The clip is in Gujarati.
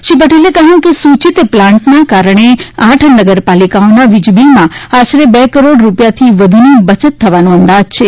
શ્રી પટેલે કહ્યું કે સૂચિત પ્લાન્ટના કારણે આઠ નગરપાલિકાઓના વીજબીલમાં આશરે બે કરોડ રૂપિયાથી વધુની બચત થવાનો અંદાજ છે